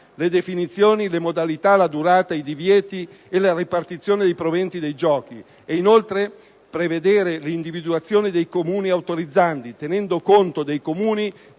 le definizioni, le modalità, la durata, i divieti e la ripartizione dei proventi dei giochi ed, inoltre, nel prevedere l'individuazione dei Comuni autorizzandi, tenendo conto dei Comuni già